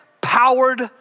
powered